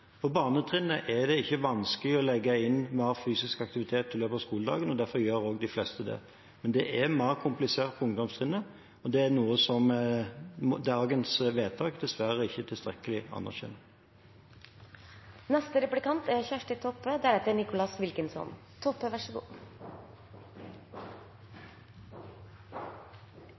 På barnetrinnet er det ikke vanskelig å legge inn mer fysisk aktivitet i løpet av skoledagen, og derfor gjør også de fleste det, men det er mer komplisert på ungdomstrinnet, og det er noe som dagens vedtak dessverre ikke tilstrekkelig